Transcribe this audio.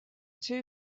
two